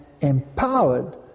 empowered